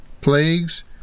plagues